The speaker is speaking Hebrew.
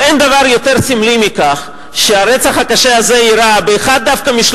אין דבר יותר סמלי מכך שהרצח הקשה הזה אירע דווקא באחד